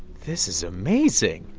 this is amazing.